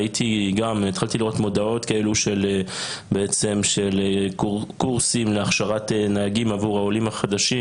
התחלתי לראות מודעות כאלו של קורסים להכשרת נהגים עבור העולים החדשים.